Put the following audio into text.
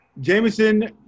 Jameson